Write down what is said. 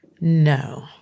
No